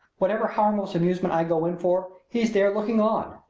whatever harmless amusement i go in for he's there looking on.